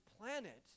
planet